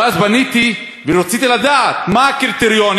ואז פניתי ורציתי לדעת מה הקריטריונים